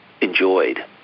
enjoyed